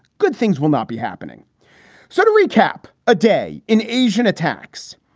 good things will not be happening so to recap, a day in asian attacks,